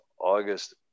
August